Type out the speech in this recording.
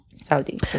Saudi